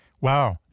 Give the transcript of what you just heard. Wow